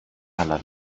αλλά